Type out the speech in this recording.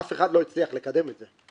אף אחד לא הצליח לקדם את זה.